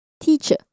teacher